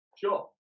Sure